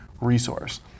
resource